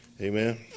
amen